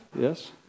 Yes